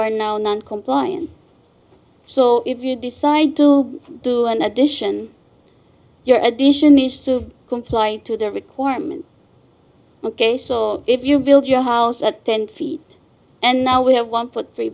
are now non compliant so if you decide to do an addition your addition these to comply to the requirement ok so if you build your house at ten feet and now we have one foot